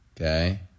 Okay